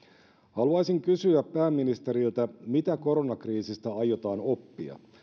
haluaisin kysyä pääministeriltä mitä koronakriisistä aiotaan oppia